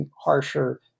harsher